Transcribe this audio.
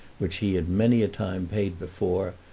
which he had many a time paid before,